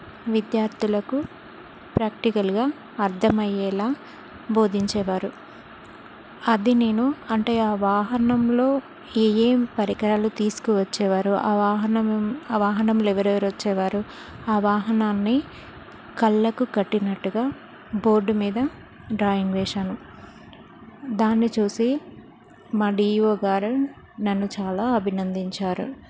విద్యార్థులకు ప్రాక్టికల్గా అర్థమయ్యేలాగ బోధించేవారు అది నేను అంటే ఆ వాహనంలో ఏమేమి పరికరాలు తీసుకు వచ్చేవారు ఆ వాహనం ఆ వాహనంలో ఎవరెవరు వచ్చేవారు ఆ వాహనాన్ని కళ్ళకు కట్టినట్టుగా బోర్డు మీద డ్రాయింగ్ వేసాను దాన్ని చూసి మా డిఈఓ గారు నన్ను చాలా అభినందించారు